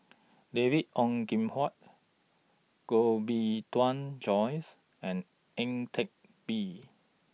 David Ong Kim Huat Koh Bee Tuan Joyce and Ang Teck Bee